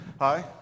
Hi